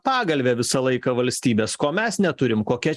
pagalvę visą laiką valstybės ko mes neturim kokia